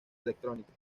electrónica